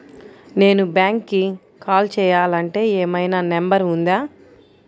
నేను బ్యాంక్కి కాల్ చేయాలంటే ఏమయినా నంబర్ ఉందా?